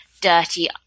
dirty